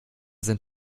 sind